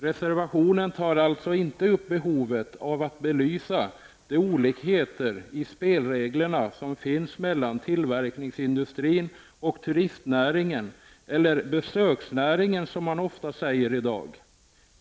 Reservationen tar alltså inte upp behovet av att belysa de olikheter i spelreglerna som finns mellan tillverkningsindustrin och turistnäringen, eller besöksnäringen som man oftast säger i dag.